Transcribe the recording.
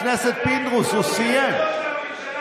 התורה מחממת אותנו אלפיים שנה,